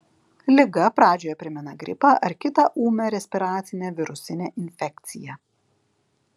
liga pradžioje primena gripą ar kitą ūmią respiracinę virusinę infekciją